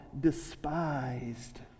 despised